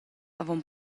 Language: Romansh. avon